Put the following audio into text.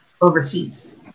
overseas